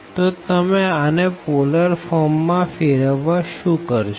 તો તમે આને પોલર ફોર્મ માં ફેરવવા શુ કરશો